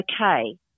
okay